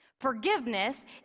Forgiveness